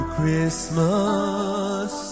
Christmas